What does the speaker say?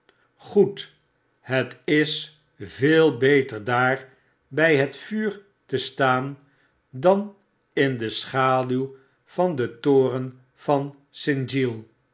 goed het is veel beter daar bj het vuur te staau dan in de schaduw van den toren van